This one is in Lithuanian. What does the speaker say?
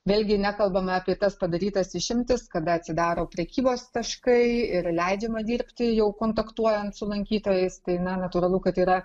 vėlgi nekalbame apie tas padarytas išimtis kada atsidaro prekybos taškai ir leidžiama dirbti jau kontaktuojant su lankytojais tai na natūralu kad yra